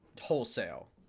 wholesale